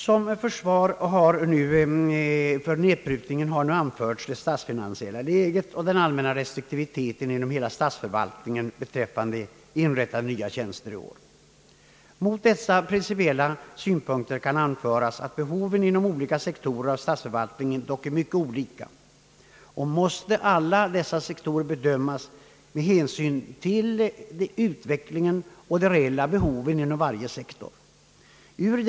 Som försvar för nedprutningen har anförts det statsfinansiella läget och den allmänna restriktiviteten inom hela statsförvaltningen beträffande inrättandet av nya tjänster i år. Mot dessa principiella synpunkter kan anföras, att behovet inom olika sektorer av statsförvaltningen är mycket olika och att alla dessa sektorer måste bedömas med hänsyn till utvecklingen och det föreliggande behovet inom varje sektor.